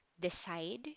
decide